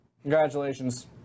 Congratulations